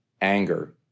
anger